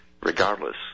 regardless